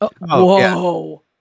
Whoa